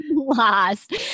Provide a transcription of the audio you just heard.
Lost